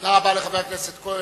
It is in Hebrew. תודה רבה לחבר הכנסת כהן.